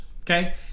okay